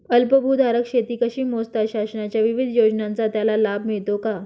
अल्पभूधारक शेती कशी मोजतात? शासनाच्या विविध योजनांचा त्याला लाभ मिळतो का?